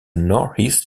northeast